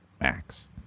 Max